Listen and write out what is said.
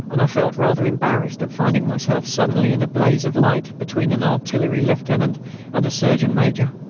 and i felt rather embarrassed at finding myself suddenly in a blaze of light between an artillery lieutenant and a surgeon-major.